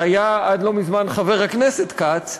שהיה עד לא מזמן חבר הכנסת כץ.